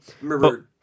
remember